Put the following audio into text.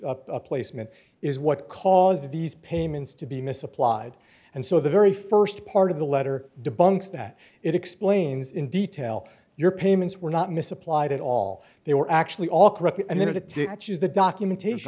that placement is what caused these payments to be misapplied and so the very st part of the letter debunks that it explains in detail your payments were not misapplied at all they were actually all correct and it to choose the documentation